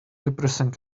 depressing